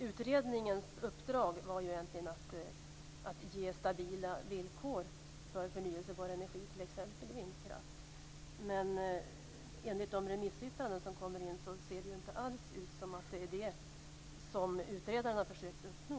Utredningens uppdrag var egentligen att ge stabila villkor för förnyelsebar energi, t.ex. vindkraft. Men enligt de remissyttranden som har kommit in ser det inte alls ut som att det är det utredarna har försökt uppnå.